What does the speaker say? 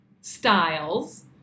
styles